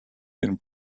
been